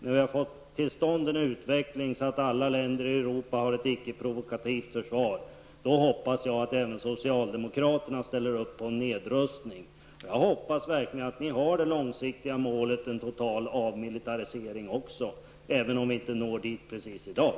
När vi har fått till stånd en sådan utveckling att alla länder i Europa har ett icke provokativt försvar, då hoppas jag att även socialdemokraterna ställer upp för nedrustning. Jag hoppas verkligen att ni också har det långsiktiga målet total avmilitarisering, även om vi inte precis når dit i dag.